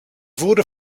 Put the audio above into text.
wurde